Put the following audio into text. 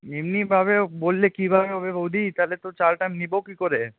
এমনিভাবে বললে কীভাবে হবে বউদি তাহলে তো চালটা নেব কী করে